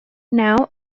now